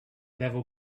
level